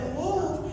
move